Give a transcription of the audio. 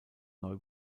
neu